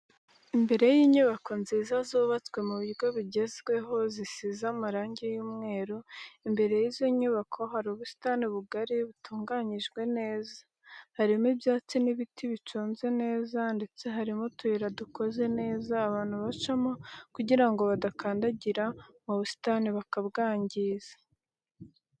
Imbere y'inyubako nziza zubatswe mu buryo bugezweho zisize amarangi y'umweru imbere y'izo nyubako hari ubusitani bugari butunganyijwe neza, harimo ibyatsi n'ibiti biconze neza ndetse harimo utuyira dukoze neza abantu bacamo kugirango badakandagira mu busitani bakabwangiza.